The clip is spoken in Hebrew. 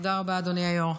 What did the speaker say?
תודה רבה, אדוני היו"ר.